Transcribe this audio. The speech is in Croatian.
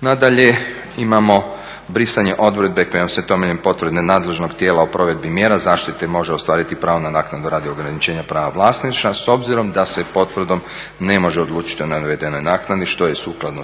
Nadalje, imamo brisanje odredbe kojom se temeljem potvrde nadležnog tijela o provedbi mjera zaštite može ostvariti pravo na naknadu radi ograničenja prava vlasništva s obzirom da se potvrdom ne može odlučit o navedenoj naknadi što je sukladno